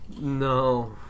No